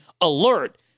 alert